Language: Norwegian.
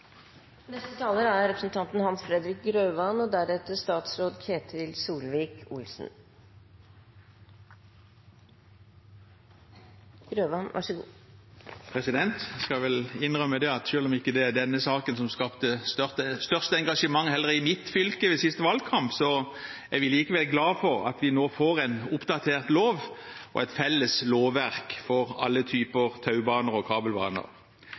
skal vel innrømme at selv om det ikke var denne saken som skapte det største engasjementet, heller ikke i mitt fylke, ved siste valgkamp, er vi likevel glad for at vi nå får en oppdatert lov og et felles lovverk for alle typer taubaner og kabelbaner.